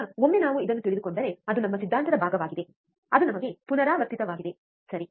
ಈಗ ಒಮ್ಮೆ ನಾವು ಇದನ್ನು ತಿಳಿದುಕೊಂಡರೆ ಅದು ನಮ್ಮ ಸಿದ್ಧಾಂತದ ಭಾಗವಾಗಿದೆ ಅದು ನಮಗೆ ಪುನರಾವರ್ತಿತವಾಗಿದೆ ಸರಿ